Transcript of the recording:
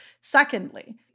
Secondly